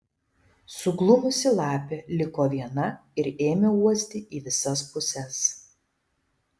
suglumusi lapė liko viena ir ėmė uosti į visas puses